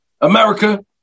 America